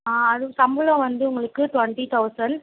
ஆ அதுக்கு சம்பளம் வந்து உங்களுக்கு ட்வெண்ட்டி தௌசண்ட்